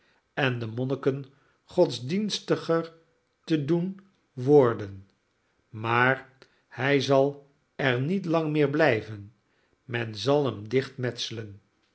en de monniken godsdienstiger te doen worden maar hij zal er niet lang meer blijven men zal hem dicht metselen